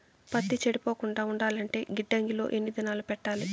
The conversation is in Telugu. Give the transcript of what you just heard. పత్తి చెడిపోకుండా ఉండాలంటే గిడ్డంగి లో ఎన్ని దినాలు పెట్టాలి?